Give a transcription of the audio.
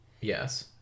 Yes